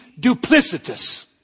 duplicitous